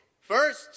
First